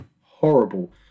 horrible